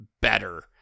better